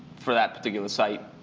for that particular site.